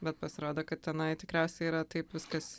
bet pasirodo kad tenai tikriausiai yra taip viskas